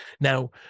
Now